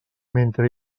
mentre